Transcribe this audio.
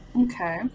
Okay